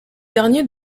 derniers